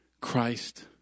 Christ